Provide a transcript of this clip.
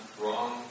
wrong